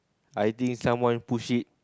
I think someone push it